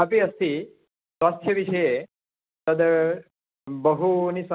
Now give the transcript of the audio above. अपि अस्ति स्वस्थ्यविषये तद् बहूनि